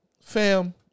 Fam